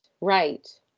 right